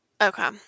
Okay